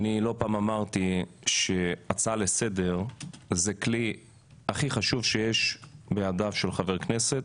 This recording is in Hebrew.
אני לא פעם אמרתי שהצעה לסדר זה כלי הכי חשוב שיש בידיו של חבר כנסת